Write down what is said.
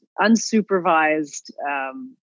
unsupervised